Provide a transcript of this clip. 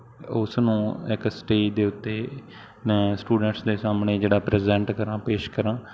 ਉਸ ਨੂੰ ਇੱਕ ਸਟੇਜ ਦੇ ਉੱਤੇ ਨ ਸਟੂਡੈਂਟਸ ਦੇ ਸਾਹਮਣੇ ਜਿਹੜਾ ਪ੍ਰਜੈਂਟ ਕਰਾਂ ਪੇਸ਼ ਕਰਾਂ